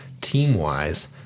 team-wise—